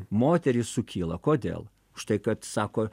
moterys sukyla kodėl už tai kad sako